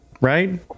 right